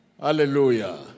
Hallelujah